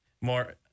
more